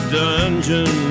dungeon